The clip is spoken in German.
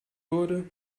wurde